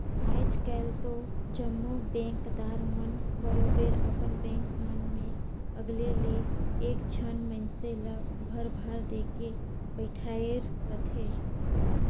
आएज काएल दो जम्मो बेंकदार मन बरोबेर अपन बेंक मन में अलगे ले एक झन मइनसे ल परभार देके बइठाएर रहथे